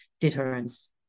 deterrence